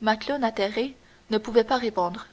macloune atterré ne pouvait pas répondre